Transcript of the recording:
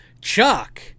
Chuck